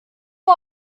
nur